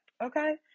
okay